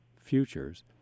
futures